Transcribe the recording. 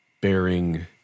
bearing